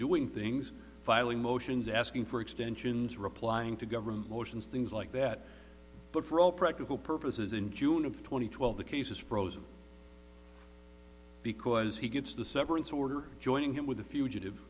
doing things filing motions asking for extensions replying to government motions things like that but for all practical purposes in june of two thousand and twelve the case is frozen because he gets the severance order joining him with a fugitive